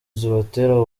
zibatera